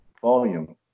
Volume